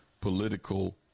political